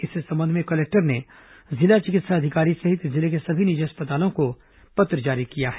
इस संबंध में कलेक्टर ने जिला चिकित्सा अधिकारी सहित जिले के सभी निजी अस्पतालों को पत्र जारी किया है